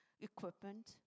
equipment